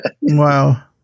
Wow